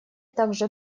также